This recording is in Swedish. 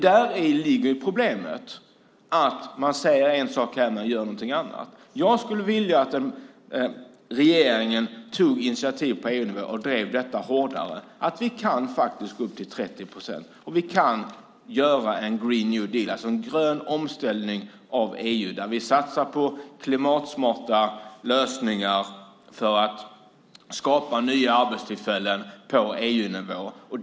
Däri ligger dock problemet, det vill säga, man säger en sak och gör någonting annat. Jag skulle vilja att regeringen tog initiativ på EU-nivå och drev detta hårdare. Vi kan faktiskt gå upp till 30 procent, och vi kan göra en green new deal, alltså en grön omställning av EU där vi satsar på klimatsmarta lösningar för att skapa nya arbetstillfällen på EU-nivå.